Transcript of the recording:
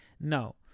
no